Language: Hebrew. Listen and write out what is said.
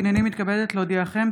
הינני מתכבדת להודיעכם,